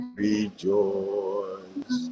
rejoice